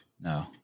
No